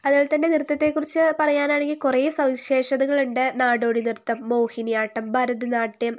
അതുപോലെതന്നെ നൃത്തത്തെക്കുറിച്ച് പറയാൻ ആണെങ്കിൽ കുറെ സവിശേഷതകൾ ഉണ്ട് നാടോടിനൃത്തം മോഹിനിയാട്ടം ഭരതനാട്യം